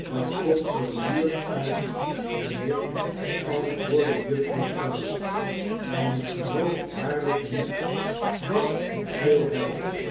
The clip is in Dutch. het komt zoo duur uit mijnheer antwoordde jufvrouw jarley en ik geloof waarlijk niet dat het veel helpt